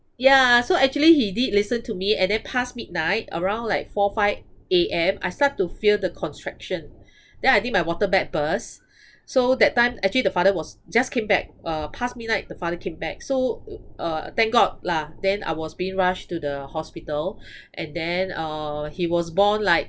yeah so actually he did listen to me and and then past midnight around like four five A_M I start to feel the contraction then I think my water bag burst so that time actually the father was just came back uh past midnight the father came back so uh thank god lah then I was being rushed to the hospital and then uh he was born like